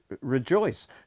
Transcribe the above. rejoice